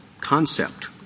concept